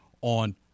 on